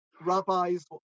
rabbis